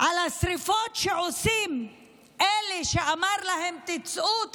על השרפות שעושים אלה שאמר להם: תצאו,